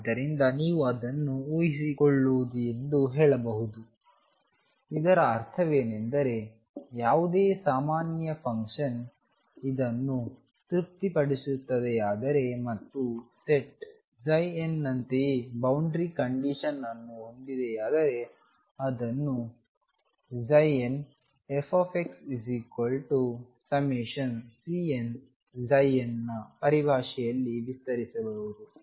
ಆದ್ದರಿಂದ ನೀವು ಅದನ್ನು ಊಹಿಸಿಕೊಳ್ಳುವುದುಎಂದು ಹೇಳಬಹುದು ಇದರ ಅರ್ಥವೇನೆಂದರೆ ಯಾವುದೇ ಸಾಮಾನ್ಯ ಫಂಕ್ಷನ್ ಇದನ್ನು ತೃಪ್ತಿಪಡಿಸುತ್ತದೆಯಾದರೆ ಮತ್ತು ಸೆಟ್ nನಂತೆಯೇ ಬೌಂಡರಿ ಕಂಡೀಶನ್ ಅನ್ನು ಹೊಂದಿದೆಯಾದರೆ ಅದನ್ನು n fx∑Cnnನ ಪರಿಭಾಷೆಯಲ್ಲಿ ವಿಸ್ತರಿಸಬಹುದು